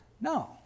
No